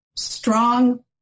strong